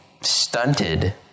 stunted